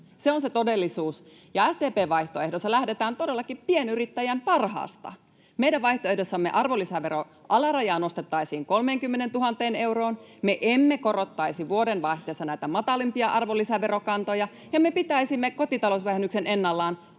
Se on se todellisuus. SDP:n vaihtoehdossa lähdetään todellakin pienyrittäjän parhaasta. Meidän vaihtoehdossamme arvonlisäveron alarajaa nostettaisiin 30 000 euroon, me emme korottaisi vuodenvaihteessa näitä matalimpia arvonlisäverokantoja, ja me pitäisimme kotitalousvähennyksen ennallaan